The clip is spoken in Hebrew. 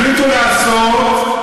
החליטו לעשות,